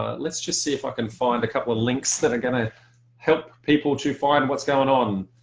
ah let's just see, if i can find a couple of links that are going to help people to find what's going on.